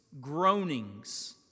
Groanings